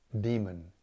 demon